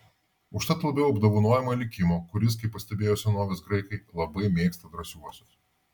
užtat labiau apdovanojama likimo kuris kaip pastebėjo senovės graikai labai mėgsta drąsiuosius